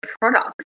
products